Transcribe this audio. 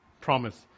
promise